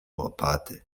łopaty